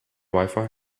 wifi